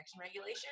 Regulation